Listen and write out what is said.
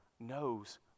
knows